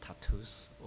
tattoos